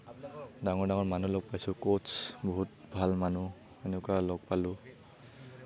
ডাঙৰ ডাঙৰ মানুহ লগ পাইছোঁ কচ্চ বহুত ভাল মানুহ সেনেকুৱা লগ পালোঁ